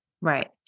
Right